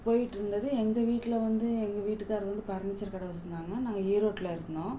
போயிகிட்ருந்தது எங்கள் வீட்டில வந்து எங்கள் வீட்டுக்கார் வந்து பர்னிச்சர் கடை வச்சிருந்தாங்க நாங்கள் ஈரோட்டில இருந்தோம்